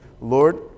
Lord